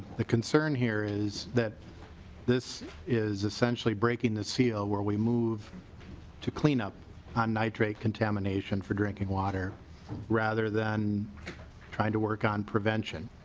the concern here is that this is essentially breaking the seal where we move to clean up on nitrate contamination for drinking water rather than trying to work on prevention.